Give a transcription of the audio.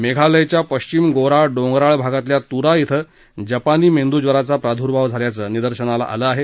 मेघालयाच्या पश्चिम गोरा डोंगराळ भागातल्या तुरा धिं जपानी मेंदूज्वराचा प्रादुर्भाव झाल्याचं निदर्शनाला आलं आहे